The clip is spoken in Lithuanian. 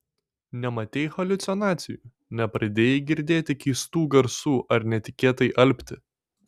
nematei haliucinacijų nepradėjai girdėti keistų garsų ar netikėtai alpti